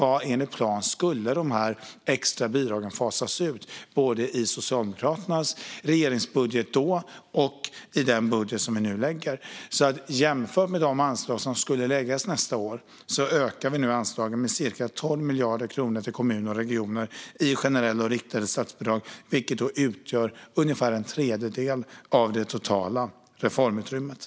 Enligt planen skulle de extra bidragen fasas ut, både i den socialdemokratiska regeringens budget då och i den budget som vi lägger fram nu. Jämfört med de anslag som skulle ges nästa år ökar vi nu anslagen med cirka 12 miljarder kronor i generella och riktade statsbidrag till kommuner och regioner, vilket utgör ungefär en tredjedel av det totala reformutrymmet.